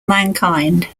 mankind